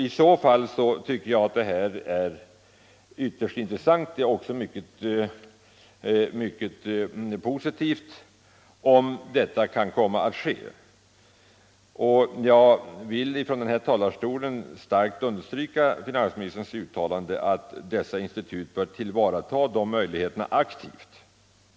I så fall tycker jag att det är en ytterst intressant och mycket positiv upplysning. Jag vill från denna talarstol kraftigt understryka finansministerns uttalande att de här instituten bör tillvarata den möjligheten aktivt.